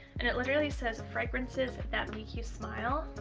and it literally says fragrances that make you smile